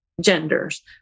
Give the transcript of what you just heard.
genders